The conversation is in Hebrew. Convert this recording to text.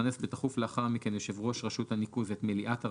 יכנס בתכוף לאחר מכן יושב ראש רשות הניקוז את מליאת הרשות,